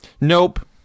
Nope